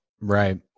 Right